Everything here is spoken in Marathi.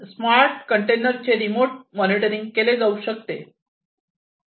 स्मार्ट कंटेनरचे रिमोट मॉनिटरिंग केले जाऊ शकते